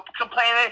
complaining